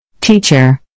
Teacher